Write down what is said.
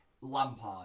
Lampard